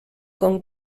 con